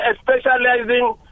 specializing